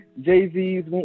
Jay-Z's